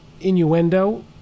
innuendo